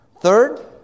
Third